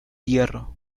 hierro